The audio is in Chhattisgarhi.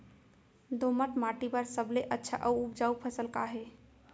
दोमट माटी बर सबले अच्छा अऊ उपजाऊ फसल का हे?